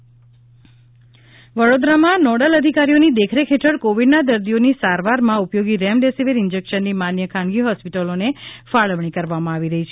Vadodara remdesivir injection વડોદરામાં nodal અધિકારીઓની દેખરેખ હેઠળ કોવિડના દર્દીઓની સારવારમાં ઉપયોગી રેમડેસીવિર ઇન્જેક્શનની માન્ય ખાનગી હોસ્પિટલોને ફાળવણી કરવામાં આવી રહી છે